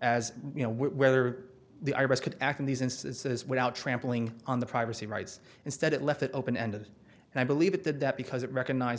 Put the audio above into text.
as you know whether the i r s could act in these instances without trampling on the privacy rights instead it left it open ended and i believe it did that because it recognize